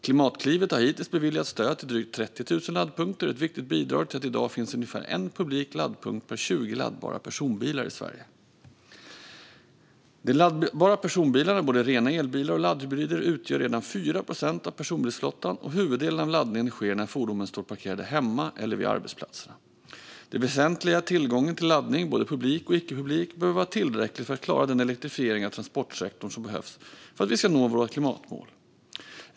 Klimatklivet har hittills beviljat stöd till drygt 30 000 laddpunkter, ett viktigt bidrag till att det i dag finns ungefär en publik laddpunkt per 20 laddbara personbilar i Sverige. De laddbara personbilarna, både rena elbilar och laddhybrider, utgör redan 4 procent av personbilsflottan, och huvuddelen av laddningen sker när fordonen står parkerade hemma eller vid arbetsplatserna. Det väsentliga är att tillgången till laddning, både publik och icke-publik, behöver vara tillräcklig för att klara den elektrifiering av transportsektorn som behövs för att vi ska nå våra klimatmål.